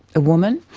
a woman,